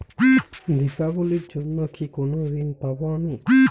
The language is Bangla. দীপাবলির জন্য কি কোনো ঋণ পাবো আমি?